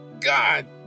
god